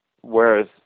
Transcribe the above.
whereas